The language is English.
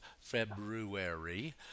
February